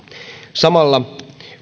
samalla